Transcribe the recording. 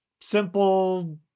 simple